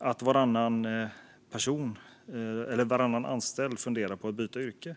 att varannan anställd inom äldreomsorgen funderar på att byta yrke?